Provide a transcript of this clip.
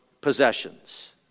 possessions